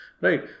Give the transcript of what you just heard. Right